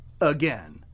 again